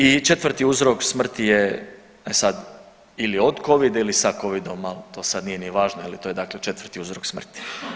I četvrti uzrok smrti je, e sad ili od Covida ili sa Covidom ali to sad nije ni važno, je li to je dakle četvrti uzrok smrti.